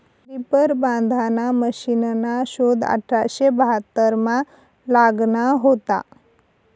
reaper बांधाना मशिनना शोध अठराशे बहात्तरमा लागना व्हता